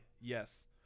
Yes